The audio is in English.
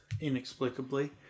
inexplicably